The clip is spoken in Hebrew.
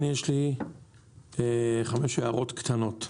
יש לי חמש הערות קטנות.